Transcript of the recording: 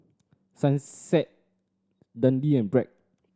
Sunsweet Dundee and Bragg